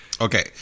Okay